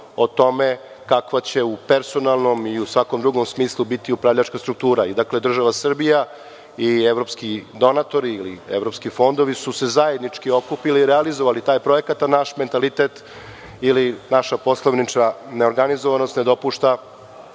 o tome kako će u personalnom i u svakom drugom smislu biti upravljačka struktura. Dakle, država Srbija i evropski donatori, ili evropski fondovi su se zajednički okupili i realizovali taj projekat, a naš mentalitet, ili naša poslanička neorganizovanost ne dopušta